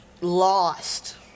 Lost